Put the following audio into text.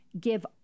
give